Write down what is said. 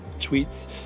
tweets